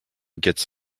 gets